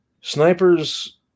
Snipers